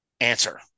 answer